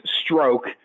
stroke